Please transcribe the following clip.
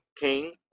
King